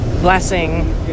blessing